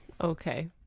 Okay